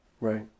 Right